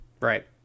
right